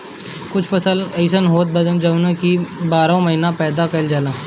कुछ फसल अइसन होत बा जवन की बारहो महिना पैदा कईल जाला